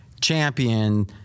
champion